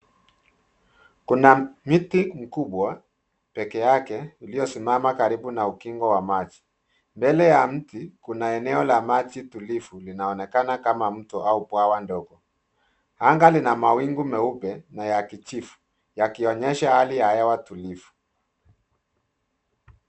Kuna mti mkubwa peke yake uliosimama karibu na ukingo wa maji. Mbele yake mti, kuna eneo la maji tulivu linaonekana kama mto au bwawa dogo. Anga lina mawingu meupe na ya kijivu, yakionyesha hali ya hewa tulivu.